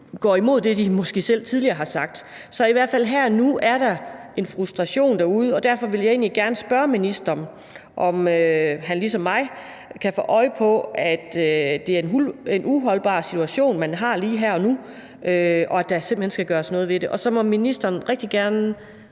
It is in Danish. går imod det, de selv tidligere har sagt. Så der er i hvert fald her og nu en frustration derude, og derfor vil jeg egentlig gerne spørge ministeren, om han ligesom mig kan få øje på, at det er en uholdbar situation, man har lige her og nu, og at der simpelt hen skal gøres noget ved det. Så må ministeren rigtig gerne